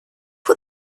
who